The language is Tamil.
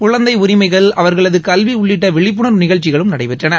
குழந்தை உரிமைகள் அவர்களது கல்வி உள்ளிட்ட விழிப்புணர்வு நிகழ்ச்சிகளும் நடைபெற்றன